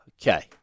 Okay